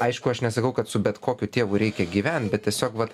aišku aš nesakau kad su bet kokiu tėvu reikia gyvent bet tiesiog vat